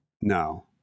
No